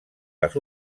les